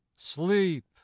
Sleep